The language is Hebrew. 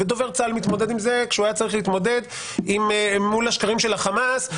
ודובר צה"ל מתמודד עם זה כשהוא היה צריך להתמודד מול השקרים של החמאס,